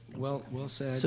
well, well said. so